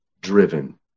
driven